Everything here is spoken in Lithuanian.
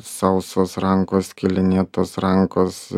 sausos rankos skilinėtos rankos